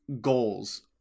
goals